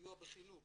הסיוע בחינוך